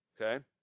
okay